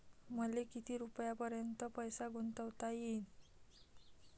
मले किती रुपयापर्यंत पैसा गुंतवता येईन?